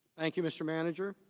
thank you, mr. manager.